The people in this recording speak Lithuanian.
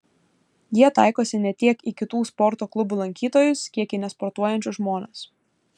jie taikosi ne tiek į kitų sporto klubų lankytojus kiek į nesportuojančius žmones